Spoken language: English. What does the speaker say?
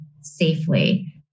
safely